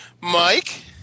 Mike